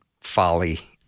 folly